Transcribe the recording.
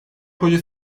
proje